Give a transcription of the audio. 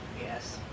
Yes